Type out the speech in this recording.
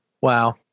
wow